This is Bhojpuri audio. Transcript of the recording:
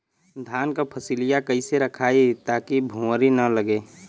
धान क फसलिया कईसे रखाई ताकि भुवरी न लगे?